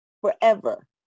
forever